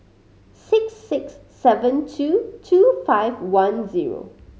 six six seven two two five one zero